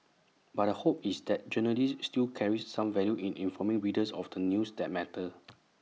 but the hope is that journalism still carries some value in informing readers of the news that matter